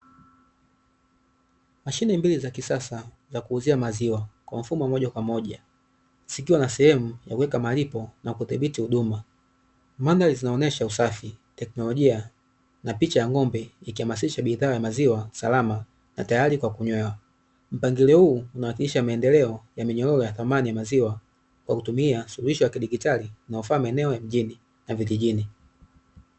Mashime mbili za kisasa za kuuzia maziwa kwa mfumo wa umoja kwa moja sikiwa na sehemu ya kuweka malipo na kudhibiti huduma, mandhari zinaonesha usafi teknolojia na picha ya ngombe, ikihamasisha bidhaa ya maziwa salama na tayari kwa kunywa mpangilio huu unahakikisha maendeleo ya minyororo ya dhamani ya maziwa kwa kutumia suluhisho ya kidijitali na ufalme eneo ya mjini na vijijini.